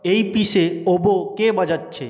এই পিসে ওবো কে বাজাচ্ছে